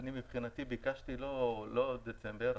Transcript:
אני מבין את אדוני היושב-ראש.